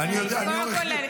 טלי, אני לא צריך עורך דין.